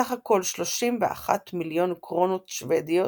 סך הכל 31 מיליון קרונות שוודיות,